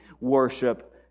worship